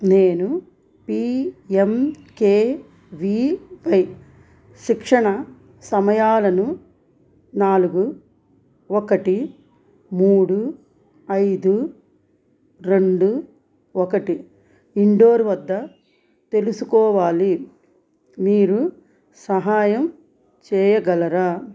నేను P M K V Y శిక్షణ సమయాలను నాలుగు ఒకటి మూడు ఐదు రెండు ఒకటి ఇండోర్ వద్ద తెలుసుకోవాలి మీరు సహాయం చేయగలరా